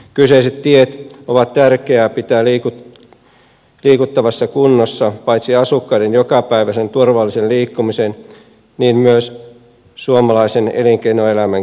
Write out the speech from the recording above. kyseiset tiet on tärkeä pitää liikuttavassa kunnossa paitsi asukkaiden jokapäiväisen turvallisen liikkumisen myös suomalaisen elinkeinoelämänkin kannalta